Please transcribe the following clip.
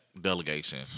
delegation